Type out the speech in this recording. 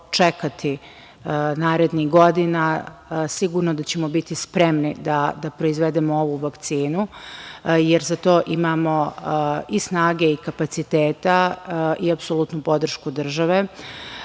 čekati narednih godina. Sigurno da ćemo biti spremni da proizvedemo ovu vakcinu, jer za to imamo i snage i kapaciteta i apsolutnu podršku države.